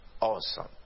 awesome